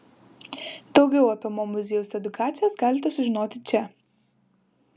daugiau apie mo muziejaus edukacijas galite sužinoti čia